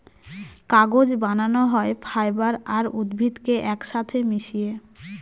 কাগজ বানানো হয় ফাইবার আর উদ্ভিদকে এক সাথে মিশিয়ে